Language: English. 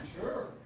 Sure